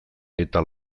eta